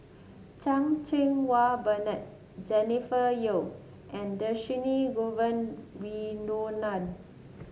Chan Cheng Wah Bernard Jennifer Yeo and Dhershini Govin Winodan